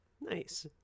Nice